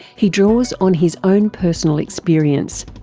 he draws on his own personal experience.